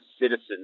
citizens